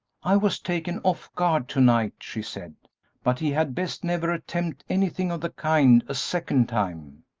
i was taken off guard to-night, she said but he had best never attempt anything of the kind a second time!